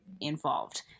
involved